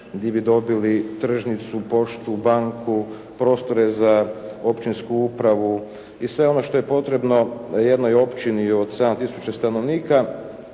di bi dobili tržnicu, poštu, banku, prostore za općinsku upravu i sve ono što je potrebno jednoj općini od 7 tisuća stanovnika